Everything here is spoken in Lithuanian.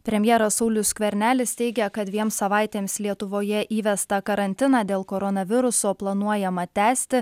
premjeras saulius skvernelis teigia kad dviem savaitėms lietuvoje įvestą karantiną dėl koronaviruso planuojama tęsti